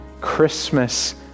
Christmas